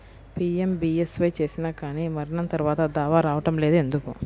PMBSY చేసినా కానీ మరణం తర్వాత దావా రావటం లేదు ఎందుకు?